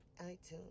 iTunes